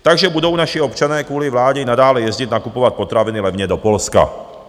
Takže budou naši občané kvůli vládě nadále jezdit nakupovat potraviny levně do Polska.